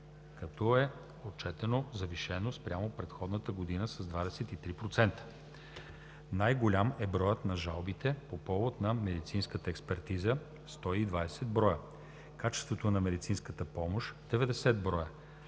като е отчетено завишение спрямо предходната година с 23%. Най голям е броят на жалбите по повод на медицинската експертиза – 120 броя, качеството на медицинската помощ – 90 броя,